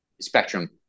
spectrum